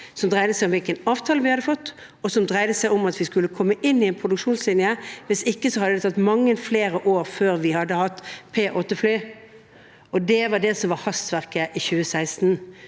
som dreide seg om hvilken avtale vi hadde fått, og som dreide seg om at vi skulle komme inn i en produksjonslinje. Hvis ikke hadde det tatt mange flere år før vi hadde hatt P-8-fly. Det var det som var hastverket i 2016.